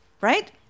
right